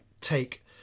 take